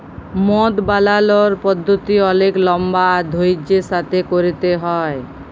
মদ বালালর পদ্ধতি অলেক লম্বা আর ধইর্যের সাথে ক্যইরতে হ্যয়